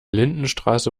lindenstraße